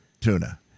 tuna